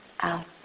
out